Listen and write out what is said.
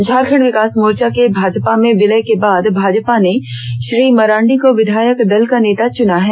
झारखंड विकास मोर्चा के भाजपा में विलय के बाद भाजपा ने श्री मरांडी को विधायक दल का नेता चना है